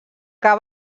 que